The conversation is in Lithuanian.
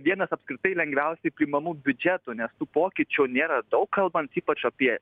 vienas apskritai lengviausiai priimamų biudžetų nes tų pokyčių nėra daug kalbant ypač apie